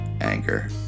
Anger